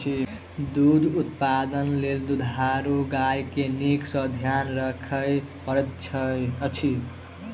दूध उत्पादन लेल दुधारू गाय के नीक सॅ ध्यान राखय पड़ैत अछि